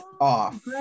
off